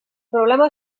problema